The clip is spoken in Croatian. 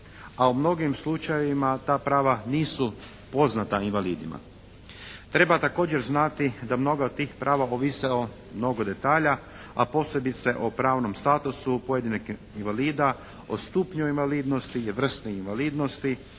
A u mnogim slučajevima ta prava nisu poznata invalidima. Treba također znati da mnoga od tih prava ovise o mnogo detalja, a posebice o pravnom statusu pojedinog invalida, o stupnju invalidnosti, vrsti invalidnosti,